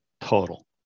total